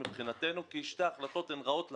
מבחינתנו כי שתי ההחלטות רעות לנו.